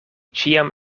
ĉiam